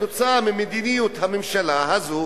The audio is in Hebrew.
כתוצאה ממדיניות הממשלה הזאת,